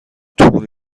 تور